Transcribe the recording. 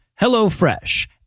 HelloFresh